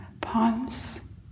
palms